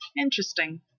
interesting